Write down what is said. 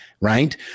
right